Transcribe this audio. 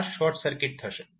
આ short circuit થશે